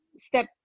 step